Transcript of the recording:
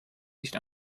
nicht